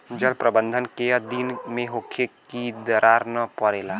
जल प्रबंधन केय दिन में होखे कि दरार न परेला?